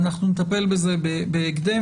נטפל בזה בהקדם,